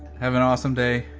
have an awesome day.